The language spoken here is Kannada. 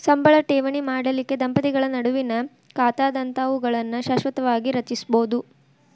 ಸಂಬಳ ಠೇವಣಿ ಮಾಡಲಿಕ್ಕೆ ದಂಪತಿಗಳ ನಡುವಿನ್ ಖಾತಾದಂತಾವುಗಳನ್ನ ಶಾಶ್ವತವಾಗಿ ರಚಿಸ್ಬೋದು